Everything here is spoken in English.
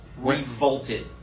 revolted